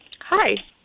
Hi